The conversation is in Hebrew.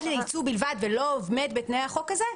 לייצוא בלבד ולא עומד בתנאי החוק הזה,